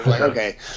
okay